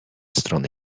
strony